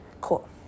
cool